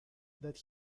that